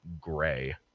gray